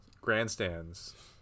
grandstands